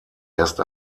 erst